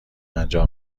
انجام